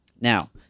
Now